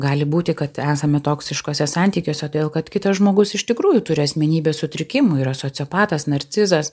gali būti kad esame toksiškuose santykiuose todėl kad kitas žmogus iš tikrųjų turi asmenybės sutrikimų yra sociopatas narcizas